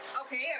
Okay